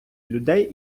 людей